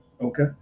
Okay